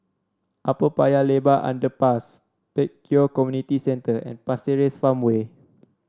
Upper Paya Lebar Underpass Pek Kio Community Centre and Pasir Ris Farmway